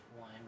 wine